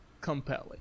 compelling